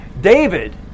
David